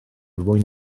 mwy